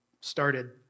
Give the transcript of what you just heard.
started